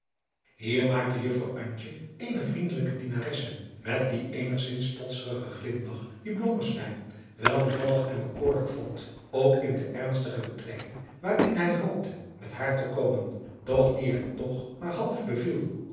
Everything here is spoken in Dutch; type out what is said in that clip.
hier maakte juffrouw antje eene vriendelijke dienaresse met dien eenigzins potsigen grimlach dien blommesteyn wel bevallig en bekoorlijk vond ook in de ernstige betrekking waarin hij hoopte met haar te komen doch die hem toch maar half beviel